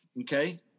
okay